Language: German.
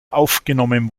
aufgenommen